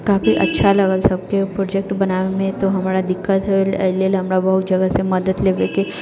काफी अच्छा लागल सबके प्रोजेक्ट बनाबैमे तऽ हमरा दिक्कत होइल अय लेल हमरा बहुत जगहसँ मदति लेबेके